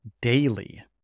daily